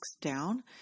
down